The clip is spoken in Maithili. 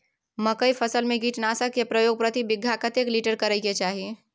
मकई फसल में कीटनासक के प्रयोग प्रति बीघा कतेक लीटर करय के चाही?